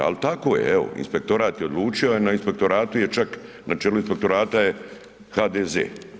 Ali tako je evo inspektorat je odlučio, a na inspektoratu je na čelu inspektorata je HDZ.